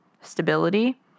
stability